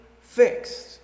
fixed